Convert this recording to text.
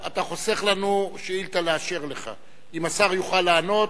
אתה חוסך לנו שאילתא לאשר לך, אם השר יוכל לענות.